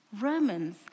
Romans